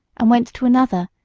and went to another,